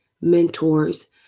mentors